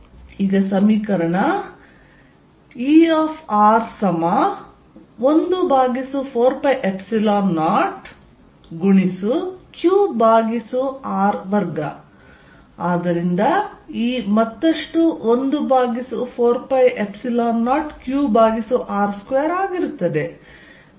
ER14π0QR2 ಆದ್ದರಿಂದ E ಮತ್ತಷ್ಟು 1 ಭಾಗಿಸು 4π0 Q ಭಾಗಿಸು R2 ಆಗಿರುತ್ತದೆ